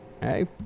Hey